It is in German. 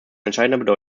entscheidender